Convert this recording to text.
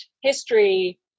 history